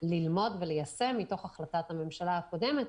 ללמוד וליישם מתוך החלטת הממשלה הקודמת,